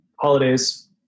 holidays